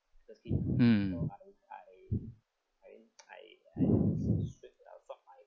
mm